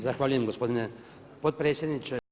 Zahvaljujem gospodine potpredsjedniče.